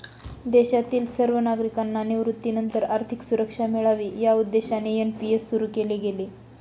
देशातील सर्व नागरिकांना निवृत्तीनंतर आर्थिक सुरक्षा मिळावी या उद्देशाने एन.पी.एस सुरु केले गेले